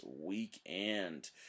weekend